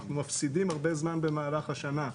אנחנו מפסידים הרבה זמן במהלך השנה,